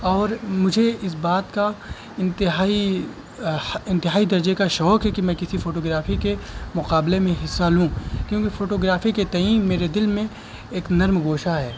اور مجھے اس بات کا انتہائی انتہائی درجے کا شوق ہے کہ میں کسی فوٹوگرافی کے مقابلے میں حصہ لوں کیونکہ فوٹوگرافی کے تئیں میرے دل میں ایک نرم گوشہ ہے